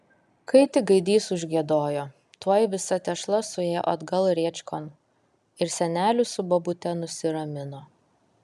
kai tik gaidys užgiedojo tuoj visa tešla suėjo atgal rėčkon ir senelis su bobute nusiramino